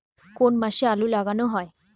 কোন মাসে আলু লাগানো হয়?